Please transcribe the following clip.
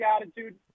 attitude